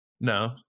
No